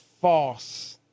false